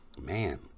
man